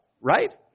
right